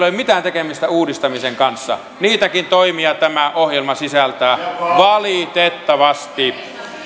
ole mitään tekemistä uudistamisen kanssa niitäkin toimia tämä ohjelma sisältää valitettavasti